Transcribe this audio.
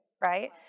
right